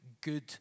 good